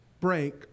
break